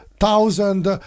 thousand